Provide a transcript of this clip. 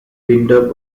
window